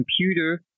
computer